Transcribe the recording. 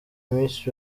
miss